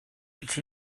it’s